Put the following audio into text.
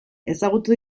ezagutu